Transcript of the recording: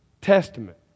Testament